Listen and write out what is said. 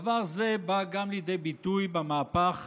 דבר זה בא לידי ביטוי גם במהפך